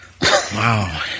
Wow